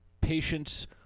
patients